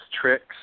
tricks